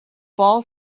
fall